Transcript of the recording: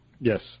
Yes